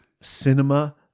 cinema